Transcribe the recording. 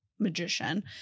magician